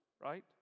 right